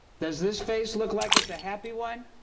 does this face look like its a happy one?